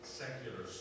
secular